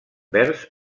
vers